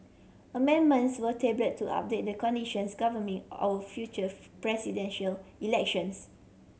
amendments were tabled to update the conditions governing our future presidential elections